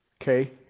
Okay